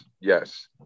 yes